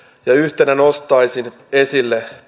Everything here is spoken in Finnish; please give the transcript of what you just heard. ja yhtenä nostaisin esille